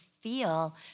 feel